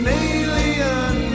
alien